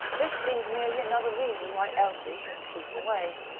this seemed merely another reason why elsie should keep away.